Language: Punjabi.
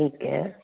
ਠੀਕ ਹੈ